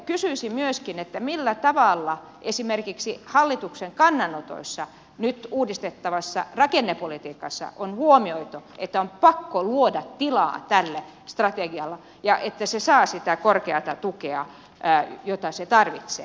kysyisin myöskin millä tavalla esimerkiksi hallituksen kannanotoissa nyt uudistettavasta rakennepolitiikasta on huomioitu että on pakko luoda tilaa tälle strategialle ja että se saa sitä korkeata tukea jota se tarvitsee